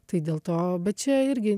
tai dėl to bet čia irgi